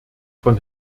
von